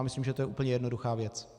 Myslím, že to je úplně jednoduchá věc.